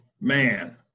Man